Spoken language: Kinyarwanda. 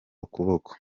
ukuboko